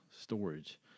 storage